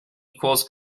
equals